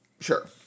Sure